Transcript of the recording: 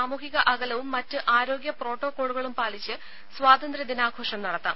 സാമൂഹിക അകലവും മറ്റ് ആരോഗ്യ പ്രോട്ടോകോളുകളും പാലിച്ച് സ്വാതന്ത്ര്യ ദിനാഘോഷം നടത്താം